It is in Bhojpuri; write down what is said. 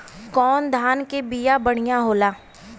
कौन धान के बिया बढ़ियां होला?